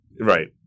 right